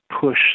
push